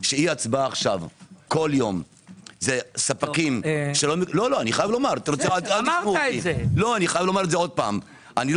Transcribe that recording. אי הצבעה עכשיו כל יום זה ספקים אני לא מכיר את הפוליטיקה,